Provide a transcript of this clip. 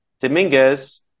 Dominguez